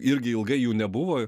irgi ilgai jų nebuvo